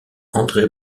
andré